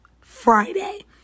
Friday